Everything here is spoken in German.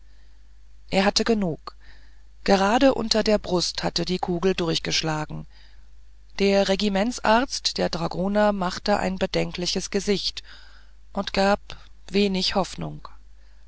er hatte genug gerade unter der brust hatte die kugel durchgeschlagen der regimentsarzt der dragoner machte ein bedenkliches gesicht und gab wenig hoffnung